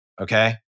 Okay